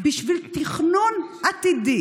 בשביל תכנון עתידי